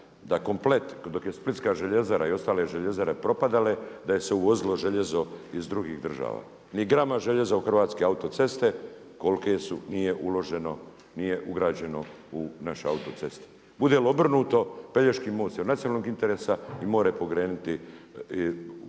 da komplet dok je Splitska željezara i ostale željezare propadale da se uvozilo željezo iz drugih država. Ni grama željeza u Hrvatske autoceste kolike su nije uloženo, nije ugrađeno u naše autoceste. Bude li obrnuto Pelješki most je od nacionalnog interesa i može pokrenuti